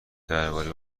درباره